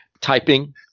typing